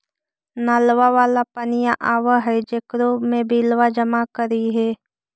नलवा वाला पनिया आव है जेकरो मे बिलवा जमा करहिऐ?